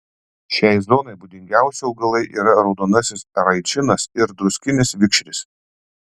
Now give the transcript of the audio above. šiai zonai būdingiausi augalai yra raudonasis eraičinas ir druskinis vikšris